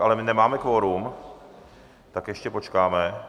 Ale my nemáme kvorum, tak ještě počkáme.